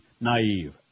naive